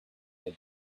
bit